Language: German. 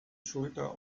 schulter